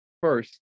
first